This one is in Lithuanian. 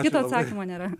kito atsakymo nėra